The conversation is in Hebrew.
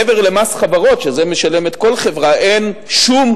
מעבר למס חברות, שאת זה משלמת כל חברה, אין שום